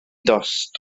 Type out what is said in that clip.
dost